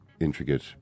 intricate